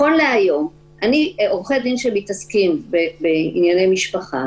היום עורכי דין שמתעסקים בענייני משפחה